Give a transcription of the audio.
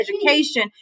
education